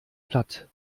platt